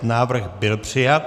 Návrh byl přijat.